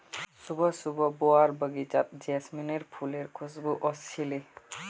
सुबह सुबह बुआर बगीचात जैस्मीनेर फुलेर खुशबू व स छिले